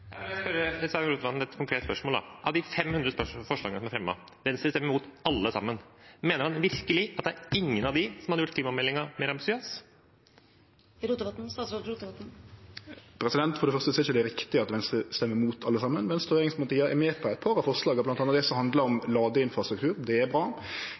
vil jeg stille Sveinung Rotevatn et konkret spørsmål. Av de 500 forslagene som er fremmet, stemmer Venstre imot alle sammen. Mener han virkelig at ingen av dem hadde gjort klimameldingen mer ambisiøs? For det første er det ikkje riktig at Venstre stemmer imot alle saman. Venstre og regjeringspartia er med på eit par av forslaga, bl.a. det som handlar om ladeinfrastruktur, det er bra.